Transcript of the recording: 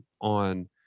on